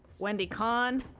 wendy kahn,